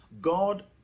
God